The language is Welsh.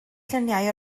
lluniau